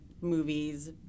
movies